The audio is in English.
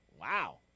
Wow